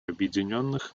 объединенных